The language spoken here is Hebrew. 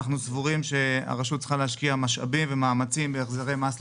אנחנו סבורים שהרשות צריכה להשקיע משאבים ומאמצים בהחזרי מס לזכאים.